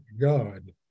God